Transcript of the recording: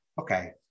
Okay